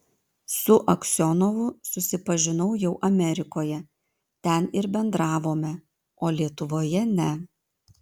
su aksionovu susipažinau jau amerikoje ten ir bendravome o lietuvoje ne